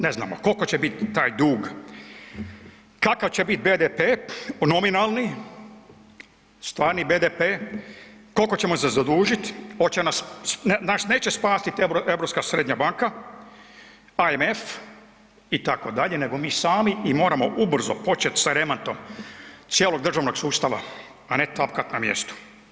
Ne znamo koliko će biti taj dug, kakav će biti BDP nominalni, stvarni BDP, koliko ćemo se zadužiti, hoće nas, nas neće spasiti europska srednja banka, AMF, itd., nego mi sami i moramo ubrzo početi sa ... cijelog državnog sustava, a ne tapkati na mjestu.